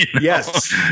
Yes